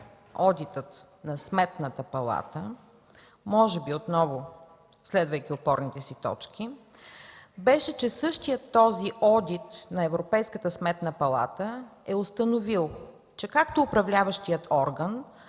одита на Сметната палата, може би отново следвайки опорните си точки, беше, че същият този одит на Европейската сметна палата е установил, че както управляващият орган,